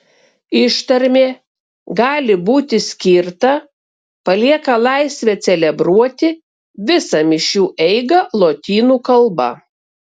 ištarmė gali būti skirta palieka laisvę celebruoti visą mišių eigą lotynų kalba